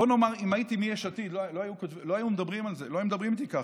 בואו נאמר שאם הייתי מיש עתיד לא היו מדברים איתי ככה.